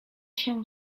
się